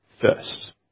first